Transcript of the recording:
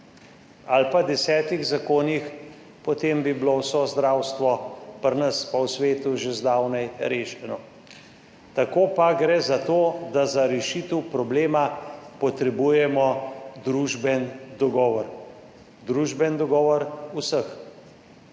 ali pa desetih zakonih, potem bi bilo celotno zdravstvo pri nas in v svetu že zdavnaj rešeno. Tako pa gre za to, da za rešitev problema potrebujemo družbeni dogovor. Družbeni dogovor vseh,